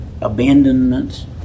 abandonment